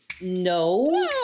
No